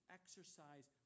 exercise